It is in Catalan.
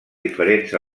diferents